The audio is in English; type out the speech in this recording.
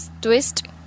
twist